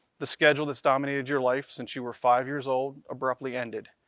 the schedule that's dominated your life since you were five years old abruptly ended.